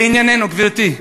גברתי,